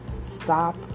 Stop